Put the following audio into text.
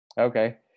okay